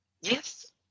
Yes